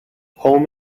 home